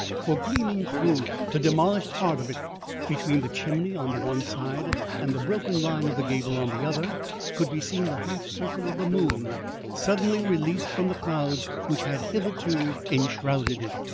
for gleaming through the demolished heart of it between the chimney on the one side and the broken line of the gable on the other could be seen the half circle of the moon suddenly released from the clouds which had hitherto enshrouded it.